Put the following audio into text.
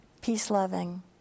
peace-loving